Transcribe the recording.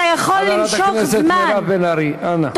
חברת הכנסת מירב בן ארי, אנא.